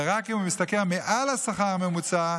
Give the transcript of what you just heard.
ורק אם הוא משתכר מעל השכר הממוצע,